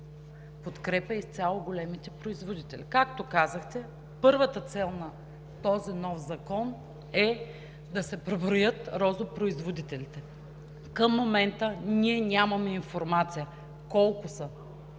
подкрепя изцяло големите производители. Както казахте, първата цел на този нов закон е да се преброят розопроизводителите. Към момента нямаме информация колко са